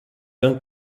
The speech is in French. vin